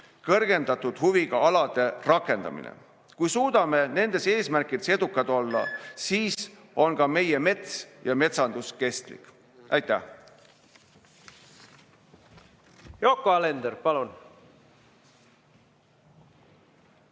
kõrgendatud huviga alade rakendamine. Kui suudame nendes eesmärkides edukad olla, siis on ka meie mets ja metsandus kestlik. Aitäh! Yoko Alender, palun!